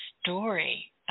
story